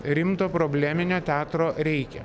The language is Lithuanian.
rimto probleminio teatro reikia